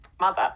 mother